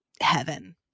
heaven